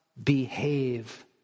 behave